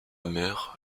mer